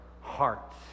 hearts